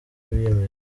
biyemeje